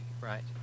right